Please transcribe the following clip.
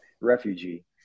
refugee